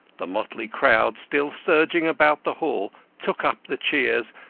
the motley crowd still surging about the hall took up the cheers,